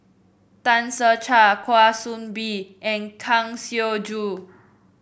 Tan Ser Cher Kwa Soon Bee and Kang Siong Joo